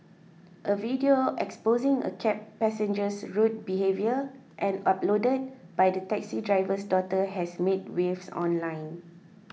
a video exposing a cab passenger's rude behaviour and uploaded by the taxi driver's daughter has made waves online